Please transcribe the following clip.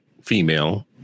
female